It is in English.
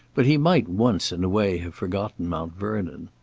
but he might once in a way have forgotten mount vernon.